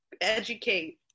educate